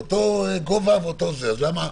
למה?